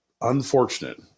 unfortunate